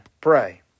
pray